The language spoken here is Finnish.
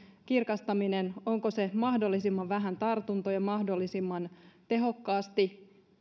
kirkastaminen onko se mahdollisimman vähän tartuntoja mahdollisimman tehokkaasti